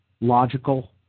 logical